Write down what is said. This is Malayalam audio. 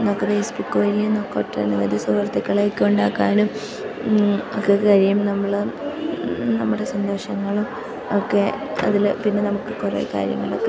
നമുക്ക് ഫേയ്സ്ബുക്ക് വഴി നമുക്കൊട്ടനവധി സുഹൃത്തുക്കളെയൊക്കെ ഉണ്ടാക്കാനും ഒക്കെ കഴിയും നമ്മൾ നമ്മുടെ സന്തോഷങ്ങളും ഒക്കെ അതിൽ പിന്നെ നമുക്ക് കുറേ കാര്യങ്ങളൊക്കെ